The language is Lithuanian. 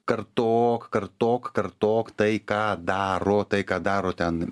kartok kartok kartok tai ką daro tai ką daro ten